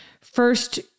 first